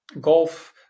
golf